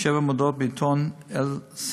ושבע מודעות בעיתון "א-סנארה".